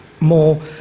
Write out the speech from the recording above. more